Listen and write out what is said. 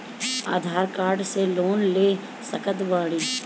आधार card से loan ले सकत बणी?